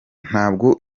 ntabwo